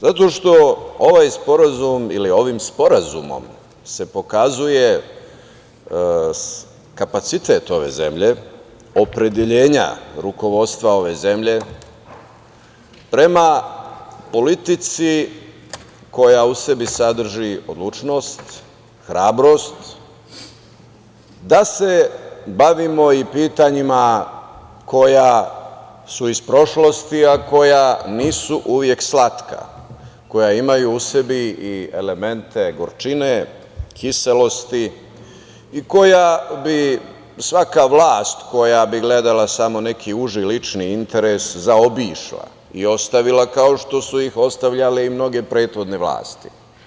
Zato što se ovim sporazumom pokazuje kapacitet ove zemlje, opredeljenja rukovodstva ove zemlje prema politici koja u sebi sadrži odlučnost, hrabrost da se bavimo i pitanjima koja su iz prošlosti, a koja nisu uvek slatka, koja imaju i sebi i elemente gorčine, kiselosti i koja bi svaka vlast koja bi gledala samo neki uži lični interes zaobišla i ostavila, kao što su ih ostavljale mnoge prethodne vlasti.